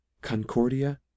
CONCORDIA